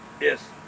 Yes